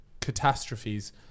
catastrophes